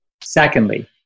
Secondly